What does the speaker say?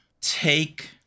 take